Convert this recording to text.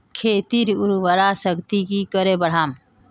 खेतीर उर्वरा शक्ति की करे बढ़ाम?